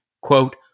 Quote